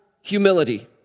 humility